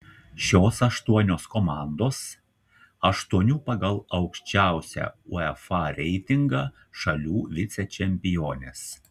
šios aštuonios komandos aštuonių pagal aukščiausią uefa reitingą šalių vicečempionės